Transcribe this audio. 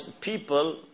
people